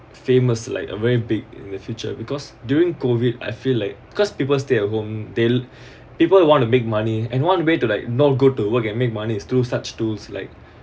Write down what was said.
famous like a very big in the future because during COVID I feel like because people stay at home they'll people want to make money and one way to like not go to work and make money through such tools like